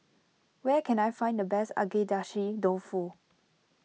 where can I find the best Agedashi Dofu